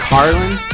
Carlin